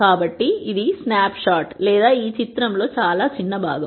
కాబట్టి ఇది స్నాప్షాట్ లేదా ఈ చిత్రంలో చాలా చిన్న భాగం